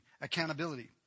accountability